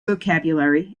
vocabulary